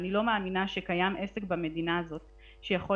אני לא מאמינה שקיים עסק במדינה הזאת שיכול